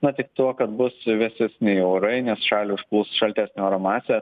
na tik tuo kad bus vėsesni orai nes šalį užplūs šaltesnio oro masė